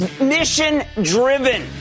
mission-driven